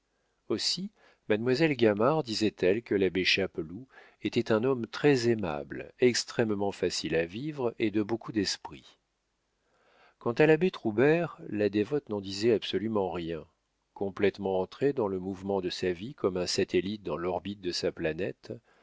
aussi mademoiselle gamard disait-elle que l'abbé chapeloud était un homme très-aimable extrêmement facile à vivre et de beaucoup d'esprit quant à l'abbé troubert la dévote n'en disait absolument rien complétement entré dans le mouvement de sa vie comme un satellite dans l'orbite de sa planète